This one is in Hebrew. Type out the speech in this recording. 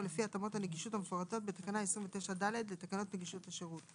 או לפי התאמות הנגישות המפורטות בתקנה 29(ד) לתקנות נגישות השירות.